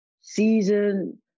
season